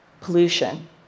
pollution